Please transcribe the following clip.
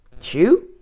Chew